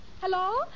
Hello